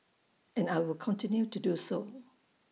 and I will continue to do so